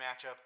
matchup